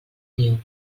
niu